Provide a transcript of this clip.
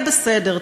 יהיה בסדר,